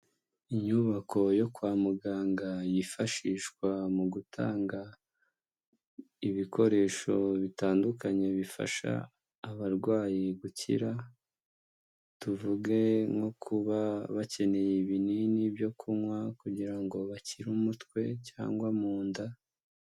Inyubako yo kwa muganga yifashishwa mu gutanga ibikoresho bitandukanye bifasha abarwayi gukira tuvuge nko kuba bakeneye ibinini byo kunywa kugira ngo bakire umutwe cyangwa mu nda .